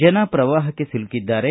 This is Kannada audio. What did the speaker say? ಆನ ಪ್ರವಾಹಕ್ಕೆ ಸಿಲುಕಿದ್ದಾರೆ